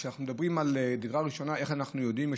כשאנחנו מדברים על דירה ראשונה, איך אנחנו יודעים?